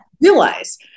realize